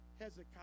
Hezekiah